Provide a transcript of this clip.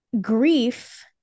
Grief